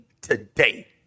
today